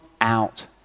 out